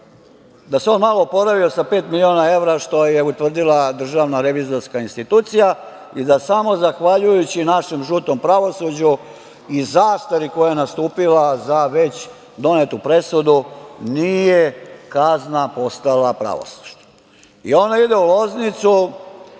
da se malo oporavio sa pet miliona evra, što je utvrdila DRI i da samo zahvaljujući našem žutom pravosuđu i zastari koja je nastupila za već donetu presudu, nije kazna postala pravosnažna.I ona ide u Loznicu